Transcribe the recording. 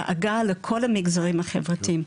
לא מבחינת הדאגה לכל המגזרים החברתיים.